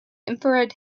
infrared